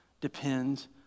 depends